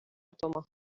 toma